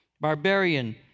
barbarian